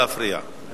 אני